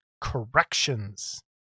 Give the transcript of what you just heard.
corrections